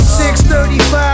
635